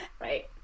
right